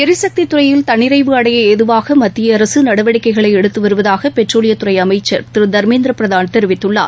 எரிசக்தித் துறையில் தன்னிறைவு அடைய ஏதுவாக மத்திய அரசு நடவடிக்கைகளை எடுத்து வருவதாக பெட்ரோலியத்துறை அமைச்சர் திரு தர்மேந்திர பிரதான் தெரிவித்குள்ளார்